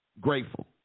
Grateful